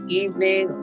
evening